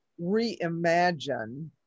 reimagine